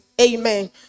amen